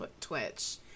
Twitch